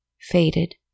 faded